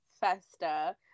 Festa